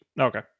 Okay